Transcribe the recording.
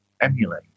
emulate